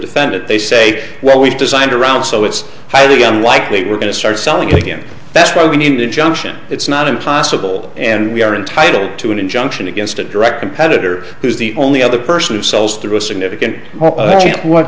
defendant they say well we've designed around so it's highly unlikely we're going to start selling take him best buy we need an injunction it's not impossible and we are entitled to an injunction against a direct competitor who's the only other person who sells through a significant what